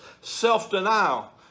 self-denial